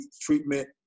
treatment